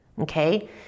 Okay